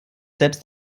selbst